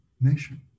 nation